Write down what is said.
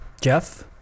jeff